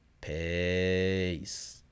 peace